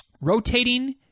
rotating